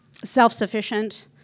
self-sufficient